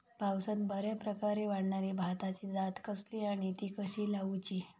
पावसात बऱ्याप्रकारे वाढणारी भाताची जात कसली आणि ती कशी लाऊची?